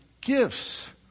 gifts